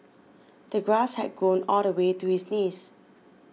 the grass had grown all the way to his knees